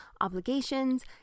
obligations